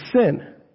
sin